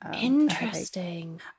interesting